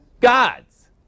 God's